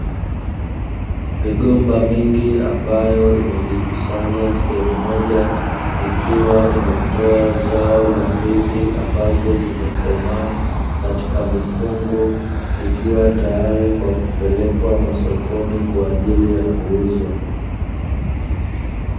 Migomba mingi ambayo imejikusanya sehemu Moja ikiwa imetoa Zao la Ndizi ambayo imekomaa, ikiwa tayari kwa kupelekwa sokoni kwa ajili ya kuuzwa.